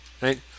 right